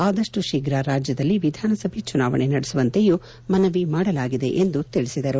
ಆದಷ್ಟು ಶೀಘ್ರ ರಾಜ್ಯದಲ್ಲಿ ವಿಧಾನಸಭೆ ಚುನಾವಣೆ ನಡೆಸುವಂತೆಯೂ ಮನವಿ ಮಾಡಲಾಗಿದೆ ಎಂದು ತಿಳಿಸಿದರು